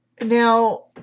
now